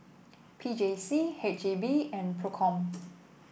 P J C H E B and Procom